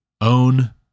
own